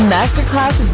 Masterclass